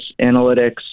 analytics